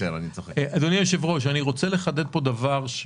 אדוני היושב-ראש, אני רוצה לחדד פה דבר.